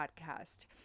podcast